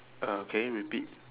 uh can you repeat